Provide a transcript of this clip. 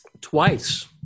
Twice